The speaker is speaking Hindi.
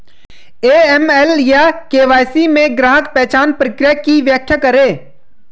ए.एम.एल या के.वाई.सी में ग्राहक पहचान प्रक्रिया की व्याख्या करें?